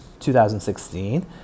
2016